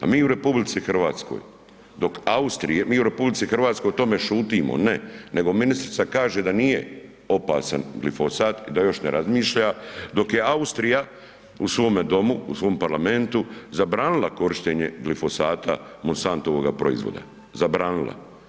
A mi u RH dok Austrija, mi u RH o tome šutimo, ne, nego ministrica kaže da nije opasan glifosat i da još ne razmišlja, dok je Austrija u svoje domu, u svom parlamentu zabranila korištenje glifosata Monsantovoga proizvoda, zabranila.